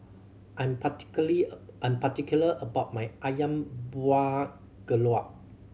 I'm I'm particular about my Ayam Buah Keluak